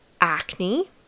acne